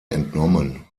entnommen